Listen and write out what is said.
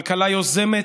כלכלה יוזמת,